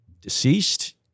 deceased